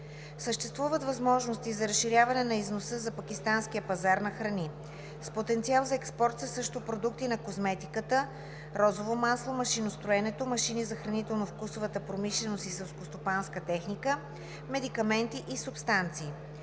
Съществуват възможности за разширяване на износа за пакистанския пазар на храни. С потенциал за експорт са също продукти на козметиката (розово масло), машиностроенето (машини за хранително-вкусовата промишленост и селскостопанска техника), медикаменти и субстанции.